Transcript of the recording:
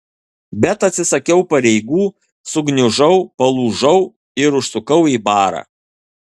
bet atsisakiau pareigų sugniužau palūžau ir užsukau į barą